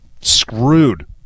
screwed